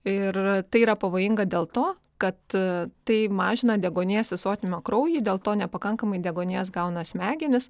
ir tai yra pavojinga dėl to kad tai mažina deguonies įsotinimą kraujy dėl to nepakankamai deguonies gauna smegenys